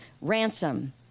ransom